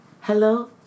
Hello